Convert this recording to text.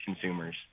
consumers